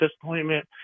disappointment